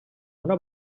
una